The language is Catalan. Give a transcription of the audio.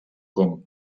com